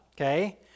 Okay